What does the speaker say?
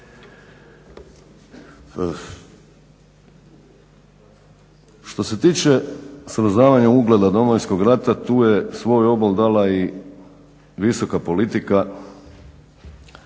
Što se tiče srozavanja ugleda Domovinskog rata tu je svoj obol dala i visoka politika